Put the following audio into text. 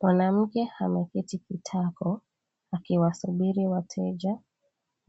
Mwanamke ameketi kitako akiwasubiri wateja